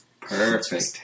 Perfect